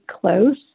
close